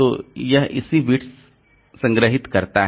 तो यह इसी बिट्स संग्रहीत करता है